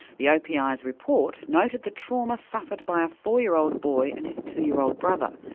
the opi's report noted the trauma suffered by a four year old boy and his two year old brother,